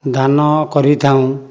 ଧାନ କରିଥାଉ